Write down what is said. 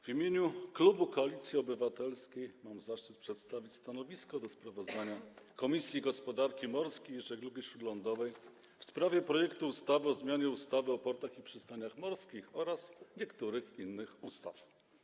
W imieniu klubu Koalicji Obywatelskiej mam zaszczyt przedstawić stanowisko wobec sprawozdania Komisji Gospodarki Morskiej i Żeglugi Śródlądowej w sprawie projektu ustawy o zmianie ustawy o portach i przystaniach morskich oraz niektórych innych ustaw.